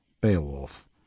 BEOWULF